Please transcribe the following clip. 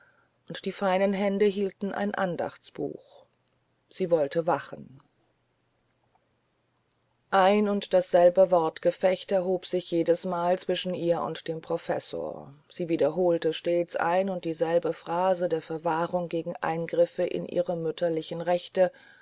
und die feinen hände hielten ein andachtsbuch sie wollte wachen ein und dasselbe wortgefecht erhob sich jedesmal zwischen ihr und dem professor sie wiederholte stets ein und dieselbe phrase der verwahrung gegen eingriffe in ihre mütterlichen rechte